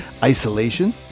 Isolation